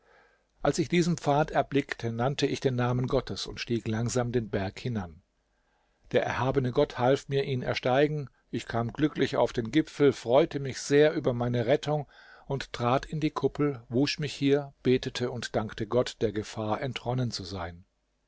als ich diesen pfad erblickte nannte ich den namen gottes und stieg langsam den berg hinan der erhabene gott half mir ihn ersteigen ich kam glücklich auf den gipfel freute mich sehr über meine rettung und trat in die kuppel wusch mich hier betete und dankte gott der gefahr entronnen zu sein